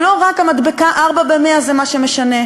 שלא רק המדבקה "4 ב-100" היא מה שמשנה,